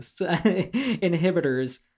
inhibitors